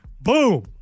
Boom